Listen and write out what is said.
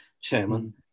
chairman